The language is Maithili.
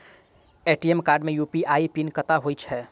ए.टी.एम कार्ड मे यु.पी.आई पिन कतह होइ है?